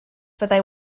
fyddai